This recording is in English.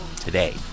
today